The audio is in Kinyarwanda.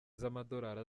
z’amadolari